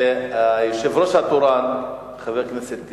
אני רשום לדיון והיושב-ראש התורן, חבר הכנסת טיבי,